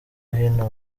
hino